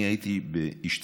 אני הייתי איש ציבור.